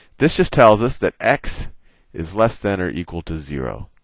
this this tells us that x is less than or equal to zero.